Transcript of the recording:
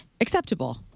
Acceptable